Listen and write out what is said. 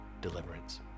deliverance